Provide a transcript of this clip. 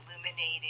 illuminating